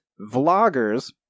vloggers